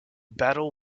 battle